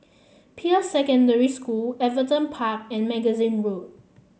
Peirce Secondary School Everton Park and Magazine Road